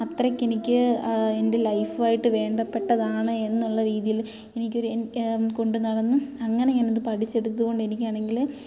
അത്രക്ക് എനിക്ക് എൻ്റെ ലൈഫായിട്ട് വേണ്ടപ്പെട്ടതാണ് എന്നുള്ള രീതിയിൽ എനിക്ക് ഒരു കൊണ്ട് നടന്ന് അങ്ങനെ ഞാനത് പഠിച്ചെടുത്തതു കൊണ്ട് എനിക്കാണെങ്കിൽ